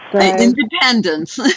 Independence